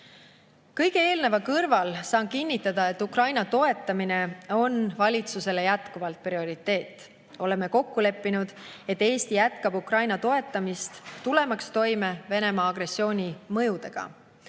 Kõige eelneva kõrval saan kinnitada, et Ukraina toetamine on valitsusele jätkuvalt prioriteet. Oleme kokku leppinud, et Eesti jätkab Ukraina toetamist, tulemaks toime Venemaa agressiooni mõjudega.